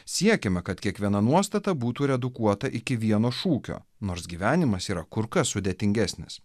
siekiame kad kiekviena nuostata būtų redukuota iki vieno šūkio nors gyvenimas yra kur kas sudėtingesnis